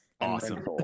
awesome